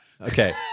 Okay